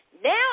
Now